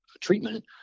treatment